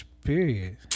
period